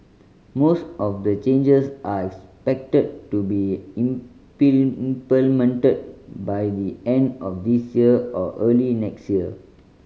most of the changes are expected to be implemented by the end of this year or early next year